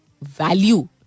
value